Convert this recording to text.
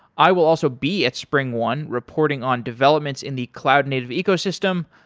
i will also be at springone reporting on developments in the cloud native ecosystem.